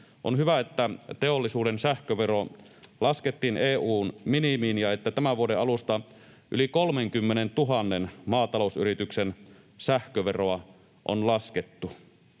On hyvä, että teollisuuden sähkövero laskettiin EU:n minimiin ja että tämän vuoden alusta yli 30 000:n maatalousyrityksen sähköveroa on laskettu.